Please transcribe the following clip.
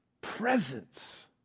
presence